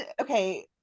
okay